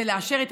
זה לאשר את